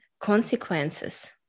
consequences